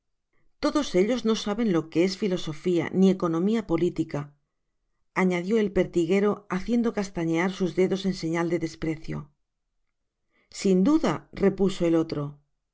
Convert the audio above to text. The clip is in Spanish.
todos ellos no saben lo que es filosofía ni economía políti ca añadió el pertiguero haciendo castañear sus dedos en señal de desprecio sin duda repuso el otro yo